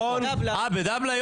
בדבל"א.